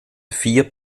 vier